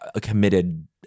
committed